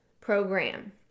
program